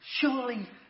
Surely